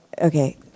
okay